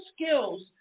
skills